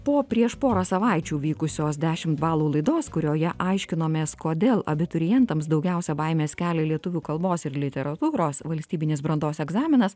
po prieš porą savaičių vykusios dešimt balų laidos kurioje aiškinomės kodėl abiturientams daugiausia baimės kelia lietuvių kalbos ir literatūros valstybinis brandos egzaminas